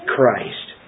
Christ